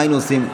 מה היינו עושים?